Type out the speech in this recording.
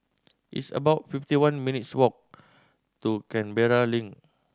it's about fifty one minutes' walk to Canberra Link